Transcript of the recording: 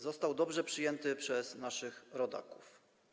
Został dobrze przyjęty przez naszych rodaków.